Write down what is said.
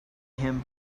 him